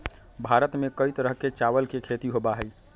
भारत में कई तरह के चावल के खेती होबा हई